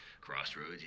Crossroads